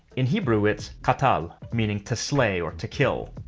in hebrew, it's qatal, meaning to slay, or to kill.